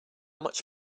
much